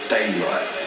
Daylight